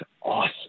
awesome